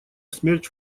смерть